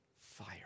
fire